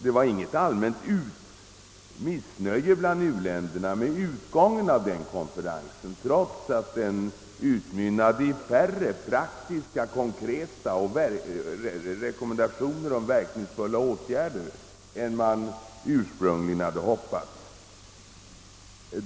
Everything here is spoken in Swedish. Det fanus inget allmänt missnöje bland u-länderna med utgången av konferensen, trots att den utmynnade i färre praktiska konkreta rekommendationer om verkningsfulla åtgärder än man ursprungligen hade hoppats.